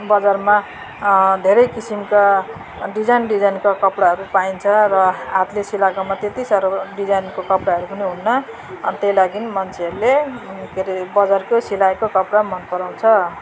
बजारमा धेरै किसिमका डिजाइन डिजाइनका कपडाहरू पाइन्छ र हातले सिलाएकोमा त्यति साह्रो डिजाइनको कपडाहरू पनि हुन्न अनि त्यही लागि मान्छेहरूले के अरे बजारकै सिलाएको कपडा मन पराउँछ